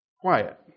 quiet